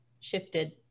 shifted